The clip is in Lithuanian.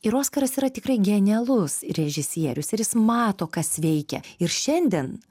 ir oskaras yra tikrai genialus režisierius ir jis mato kas veikia ir šiandien